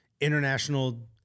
international